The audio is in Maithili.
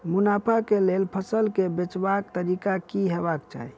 मुनाफा केँ लेल फसल केँ बेचबाक तरीका की हेबाक चाहि?